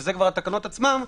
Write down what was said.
שזה כבר התקנות עצמן,